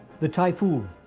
the typhoon.